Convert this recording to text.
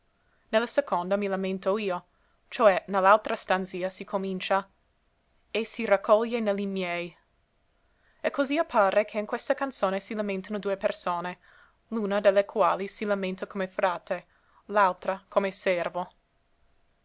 la seconda mi lamento io cioè ne l'altra stanzia si comincia e si raccoglie ne li miei e così appare che in questa canzone si lamentano due persone l'una de le quali si lamenta come frate l'altra come servo